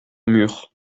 mur